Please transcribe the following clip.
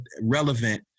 relevant